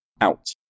out